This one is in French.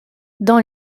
dans